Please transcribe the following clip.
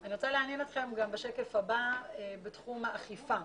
אני רוצה לעניין אתכם גם בשקף הבא בתחום האכיפה.